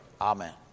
amen